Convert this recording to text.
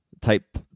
type